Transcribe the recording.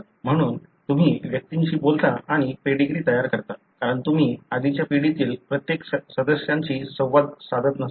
म्हणून तुम्ही व्यक्तींशी बोलता आणि पेडीग्री तयार करता कारण तुम्ही आधीच्या पिढीतील प्रत्येक सदस्याशी संवाद साधत नसाल